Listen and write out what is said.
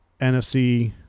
NFC